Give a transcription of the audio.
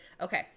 okay